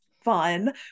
fun